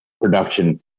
production